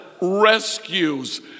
rescues